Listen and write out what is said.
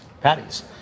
patties